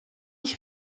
ich